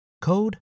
code